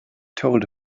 told